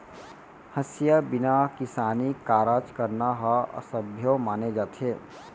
हँसिया बिना किसानी कारज करना ह असभ्यो माने जाथे